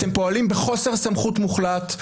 אתם פועלים בחוסר סמכות מוחלט,